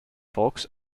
fox